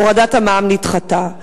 הורדת המע"מ נדחתה,